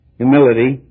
humility